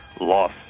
Loss